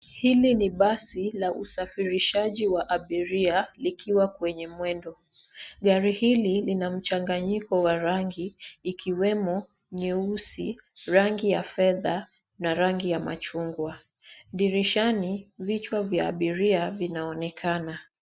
Hili ni basi la usafirishaji wa abiria likiwa kwenye mwendo. Gari hili lina mchanganyiko wa rangi ikiwemo nyeusi, rangi ya fedha na rangi ya machungwa. Dirishani, vichwa vya abiria vinaonekana.